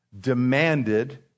demanded